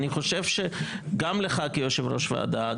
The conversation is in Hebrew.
אני חושב שגם לך כיו"ר ועדה,